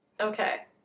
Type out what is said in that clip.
Okay